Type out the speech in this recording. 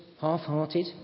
Half-hearted